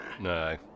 No